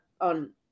on